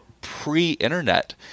pre-internet